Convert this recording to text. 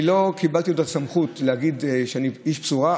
אני לא קיבלתי את הסמכות להגיד שאני איש בשורה,